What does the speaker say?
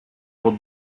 pod